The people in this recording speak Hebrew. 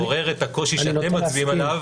-- יעורר את הקושי שאתם מצביעים עליו